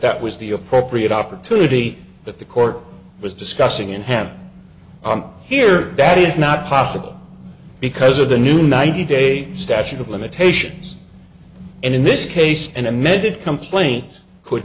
that was the appropriate opportunity that the court was discussing in hand i'm here that is not possible because of the new ninety day statute of limitations and in this case an amended complaint could